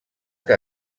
que